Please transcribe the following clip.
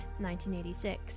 1986